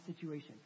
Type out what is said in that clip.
situation